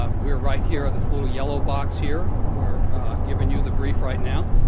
um we're right here, at this little yellow box here. we're giving you the brief right now.